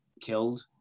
killed